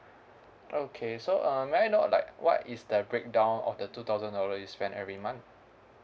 okay so uh may I know like what is the breakdown of the two thousand dollar you spend every month